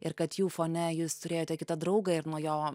ir kad jų fone jūs turėjote kitą draugą ir nuo jo